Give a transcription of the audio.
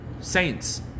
Saints